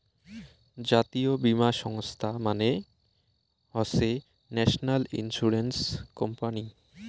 জাতীয় বীমা সংস্থা মানে হসে ন্যাশনাল ইন্সুরেন্স কোম্পানি